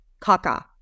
caca